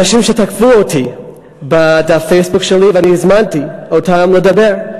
אנשים שתקפו אותי בדף הפייסבוק שלי ואני הזמנתי אותם לדבר.